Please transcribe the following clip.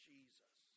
Jesus